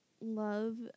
love